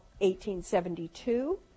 1872